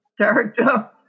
character